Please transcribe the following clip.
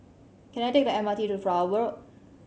can I take the M R T to Flower Road